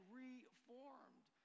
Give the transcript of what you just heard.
reformed